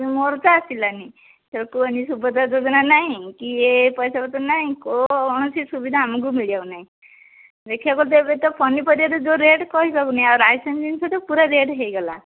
ମୋର ତ ଆସିଲାନି ସେ କୁହନି ସୁଭଦ୍ରା ଯୋଜନା ନାହିଁ କି ଏ ପଇସା ପତର ନାହିଁ କୌଣସି ସୁବିଧା ଆମକୁ ମିଳିବାକୁ ନାହିଁ ଦେଖିବାକୁ ଏବେ ତ ପନିପରିବାରେ ଯେଉଁ ରେଟ୍ କହିବାକୁ ନାଇଁ ଆଉ ରାଇସନ ଜିନିଷ ତ ପୁରା ରେଟ୍ ହେଇଗଲା